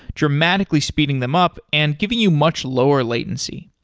dramatically speeding them up and giving you much lower latency.